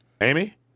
Amy